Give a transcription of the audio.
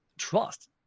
trust